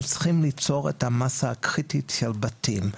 אנחנו צריכים ליצור את המסה הקריטית של בתים.